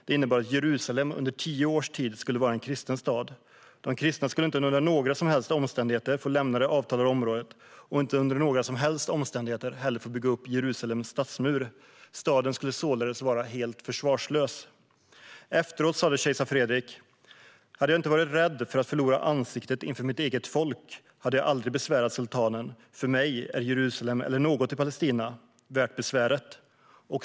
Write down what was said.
Det innebar att Jerusalem under tio års tid skulle vara en kristen stad. De kristna skulle inte under några som helst omständigheter få lämna det avtalade området och inte heller under några som helst omständigheter få bygga upp Jerusalems stadsmur. Staden skulle således vara helt försvarslös. Efteråt sa kejsar Fredrik: Hade jag inte varit rädd för att förlora ansiktet inför mitt eget folk, hade jag aldrig besvärat sultanen. För mig är varken Jerusalem eller något i Palestina värt besväret.